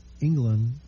England